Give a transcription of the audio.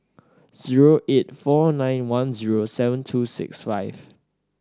zero eight four nine one zero seven two six five